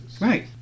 Right